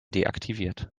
deaktiviert